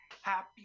Happy